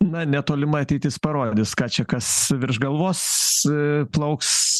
na netolima ateitis parodys ką čia kas virš galvos plauks